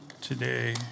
today